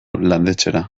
landetxera